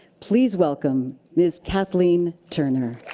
please welcome ms. kathleen turner.